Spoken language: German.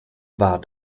war